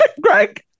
Greg